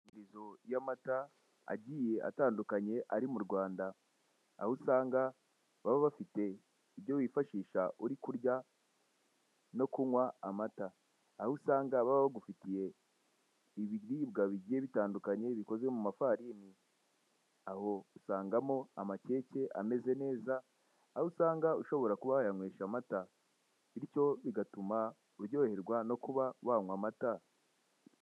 Ku makusanyirizo y'amata agiye atandukanye ari mu Rwanda, aho usanga baba bafite ibyo wifashisha uri kurya no kunywa amata. Aho usanga baba bagufitiye ibiribwa bigiye bitandukanye bikoze mu mafarini. Aho usangamo amakeke ameze neza, aho usanga ushobora kuba wayanywesha amata bityo bigatuma uryoherwa no kuba wanywa amata.